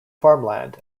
farmland